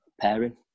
pairing